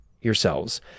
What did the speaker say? yourselves